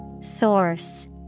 Source